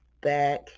back